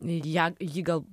ją ji gal